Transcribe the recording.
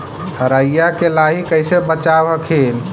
राईया के लाहि कैसे बचाब हखिन?